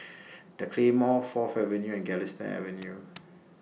The Claymore Fourth Avenue and Galistan Avenue